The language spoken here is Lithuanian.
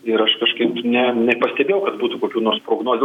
ir aš kažkaip ne nepastebėjau kad būtų kokių nors prognozių